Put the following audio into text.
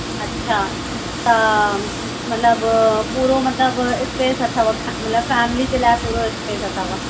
अच्छा त मतलबु पूरो मतलबु स्पेस अथव मतलबु फ़ैमिली जे लाइ पूरो स्पेस अथव